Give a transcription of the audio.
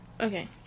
Okay